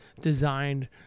designed